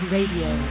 Radio